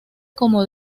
como